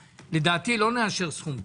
לדעתי לא נאשר סכום כזה.